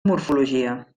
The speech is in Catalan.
morfologia